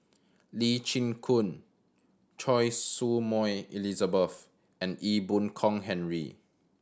Lee Chin Koon Choy Su Moi Elizabeth and Ee Boon Kong Henry